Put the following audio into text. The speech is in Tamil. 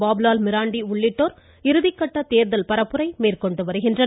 பாபுலால் மிராண்டி உள்ளிட்டோர் இறுதிகட்ட தேர்தல் பரப்புரை மேற்கொண்டு வருகின்றனர்